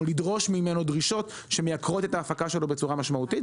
לדרוש ממנו דרישות שמייקרות את ההפקה שלו משמעותית.